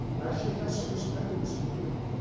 actually have some respect in this community.